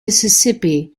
mississippi